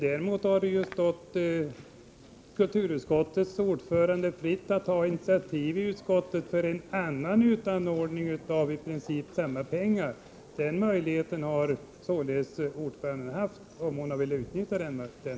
Däremot hade det stått kulturutskottets ordförande fritt att ta initiativ i utskottet för en annan utanordning av i princip samma pengar. Den möjligheten hade således utskottsordföranden haft, om hon velat utnyttja den.